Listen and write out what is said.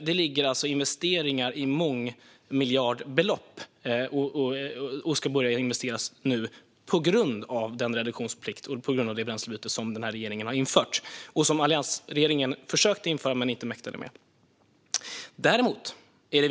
Det ligger alltså investeringar för mångmiljardbelopp på grund av den reduktionsplikt som regeringen har infört. Alliansregeringen försökte att införa den, men man mäktade inte med det.